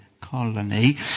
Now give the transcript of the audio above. colony